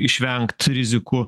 išvengt rizikų